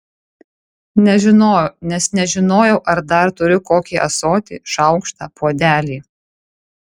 nežinojau nes nežinojau ar dar turiu kokį ąsotį šaukštą puodelį